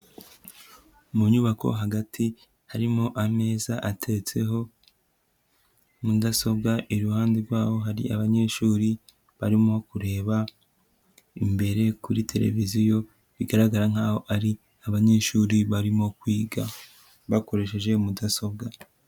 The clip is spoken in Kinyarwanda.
Mu nyubako hagati harimo ameza ateretseho mudasobwa, iruhande rwaho hari abanyeshuri barimo kureba imbere kuri television, bigaragara nkaho ari abanyeshuri barimo kwiga bakoresheje mudasobwa.